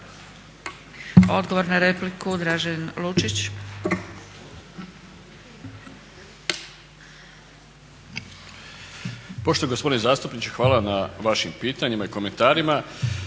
Odgovor na repliku, Dražen Lučić.